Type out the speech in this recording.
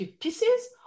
pieces